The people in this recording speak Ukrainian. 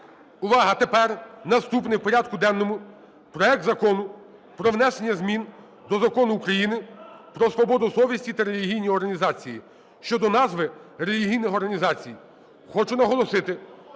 увага! Тепер наступний в порядку денному: проект Закону про внесення змін до Закону України "Про свободу совісті та релігійні організації" щодо назви релігійних організацій. Хочу наголосити,